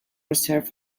reserved